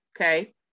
Okay